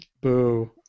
Boo